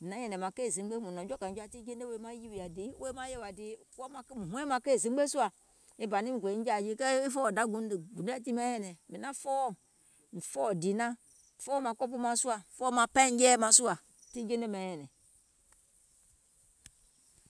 mìŋ naŋ nyɛ̀nɛ̀ŋ maŋ keì zimgbe, mùŋ nɔ̀ŋ jɔ̀ȧkȧiŋ tiŋ jeiŋ ne wèè maŋ yèwà dìì mùŋ hɔɛ̀ŋ maŋ keì zimgbe sùȧ, e bà niŋ muŋ gò niŋ jȧȧ jii, mìŋ fɔɔwɔ̀, e fɔ̀ɔ̀wɔ̀ dagùneɛ̀ tiŋ mìŋ naŋ niŋ nyɛ̀nɛ̀ŋ, mìŋ fɔɔwɔ̀ dììnaŋ, mìŋ fɔɔwɔ̀ kɔpù maŋ sùȧ, fɔɔwɔ̀ maŋ paìŋ nyɛɛɛ̀ maŋ sùȧ, tiŋ jeine maiŋ nyɛ̀nɛ̀ŋ